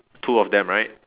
two of them right